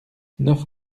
neuf